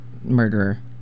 murderer